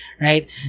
right